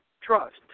trust